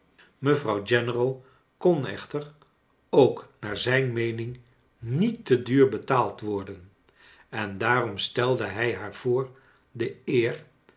mevrouw general kon echter ook naar zijn meening niet te duur l etaald worden en daarom stelde hij haar voor de eer